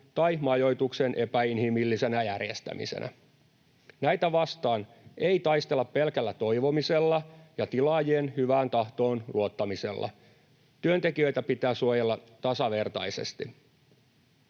tai majoituksen epäinhimillisenä järjestämisenä. Näitä vastaan ei taistella pelkällä toivomisella ja tilaajien hyvään tahtoon luottamisella. Työntekijöitä pitää suojella tasavertaisesti.